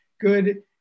good